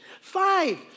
Five